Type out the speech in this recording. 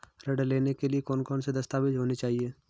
ऋण लेने के लिए कौन कौन से दस्तावेज होने चाहिए?